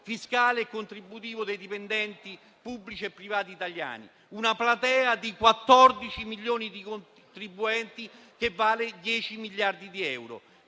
fiscale e contributivo dei dipendenti pubblici e privati italiani, una platea di 14 milioni di contribuenti, che vale 10 miliardi di euro.